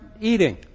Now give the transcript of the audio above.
eating